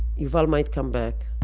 yuval might come back.